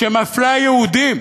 שמפלה יהודים.